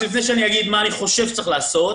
לפני שאגיד מה אני חושב שצריך לעשות,